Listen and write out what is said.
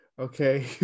okay